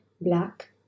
black